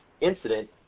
incident